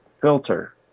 filter